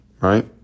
Right